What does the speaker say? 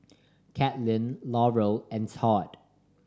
Kathlene Laurel and Tod